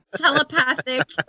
telepathic